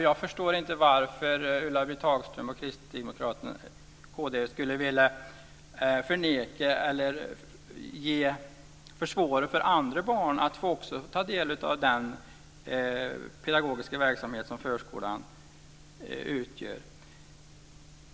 Jag förstår inte varför Ulla-Britt Hagström och kristdemokraterna skulle vilja förneka eller försvåra för andra att få del av den pedagogiska verksamhet som förskolan utgör.